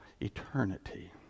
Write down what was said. eternity